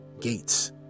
Gates